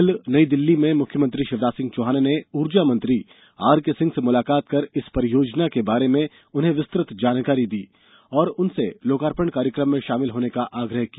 कल नई दिल्ली में मुख्यमंत्री शिवराज सिंह चौहान ने ऊर्जा मंत्री आरकेसिंह से मुलाकात कर इस परियोजना के बारे में उन्हें विस्तृत जानकारी दी और उनसे लोकार्पण कार्यकम में शामिल होने का आग्रह किया